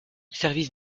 service